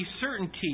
certainty